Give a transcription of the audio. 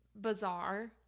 bizarre